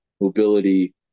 mobility